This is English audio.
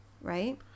right